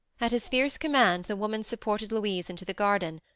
at his fierce command, the woman supported louise into the garden,